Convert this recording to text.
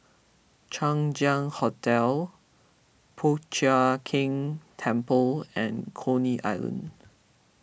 Chang Ziang Hotel Po Chiak Keng Temple and Coney Island